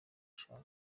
ashaka